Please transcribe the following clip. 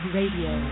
Radio